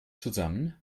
zusammen